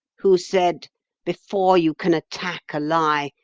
who said before you can attack a lie,